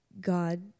God